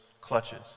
clutches